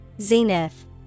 Zenith